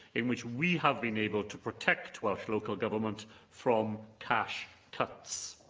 in which we have been able to protect welsh local government from cash cuts.